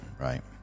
Right